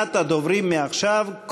רשימת הדוברים מעכשיו,